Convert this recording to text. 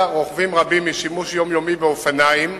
רוכבים רבים משימוש יומיומי באופניים,